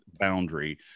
boundary